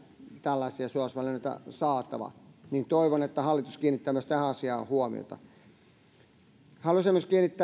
tällaisia suojausvälineitä on saatava niin toivon että hallitus kiinnittää myös tähän asiaan huomiota haluaisin myös kiinnittää meidän huomiomme